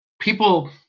People